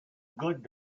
good